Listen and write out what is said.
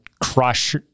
crush